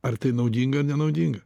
ar tai naudinga ar nenaudinga